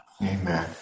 Amen